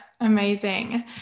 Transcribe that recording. amazing